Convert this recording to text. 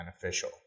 beneficial